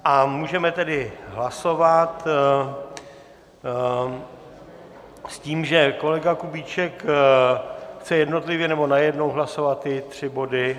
A můžeme tedy hlasovat s tím, že kolega Kubíček chce jednotlivě, nebo najednou hlasovat ty tři body?